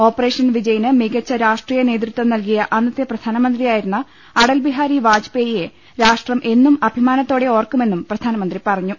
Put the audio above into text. ഓപ്പറേ ഷൻ വിജയിന് മികച്ച രാഷ്ട്രീയ നേതൃത്വം നല്കിയ അന്നത്തെ പ്രധാനമന്ത്രിയായിരുന്ന അടൽബിഹാരി വാജ്പേയിയെ രാഷ്ട്രം എന്നും അഭിമാനത്തോടെ ഓർക്കുമെന്നും പ്രധാനമന്ത്രി പറഞ്ഞു